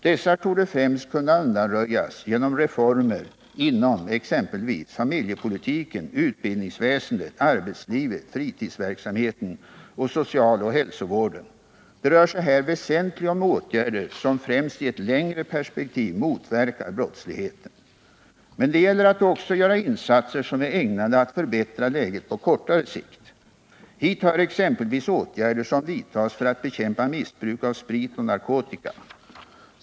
Dessa torde främst kunna undanröjas genom reformer inom exempelvis familjepolitiken, utbildningsväsendet, arbetslivet, fritidsverksamheten samt socialoch hälsovården. Det rör sig här väsentligen om åtgärder som främst i ett längre perspektiv motverkar brottsligheten. Men det gäller att också göra insatser som är ägnade att förbättra läget på kortare sikt. Hit hör exempelvis åtgärder som vidtas för att bekämpa missbruk av sprit och narkotika.